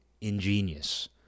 ingenious